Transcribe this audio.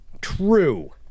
true